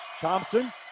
Thompson